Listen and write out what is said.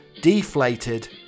deflated